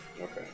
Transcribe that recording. Okay